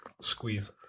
squeeze